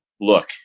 look